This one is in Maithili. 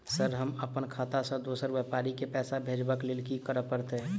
सर हम अप्पन खाता सऽ दोसर व्यापारी केँ पैसा भेजक लेल की करऽ पड़तै?